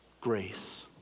grace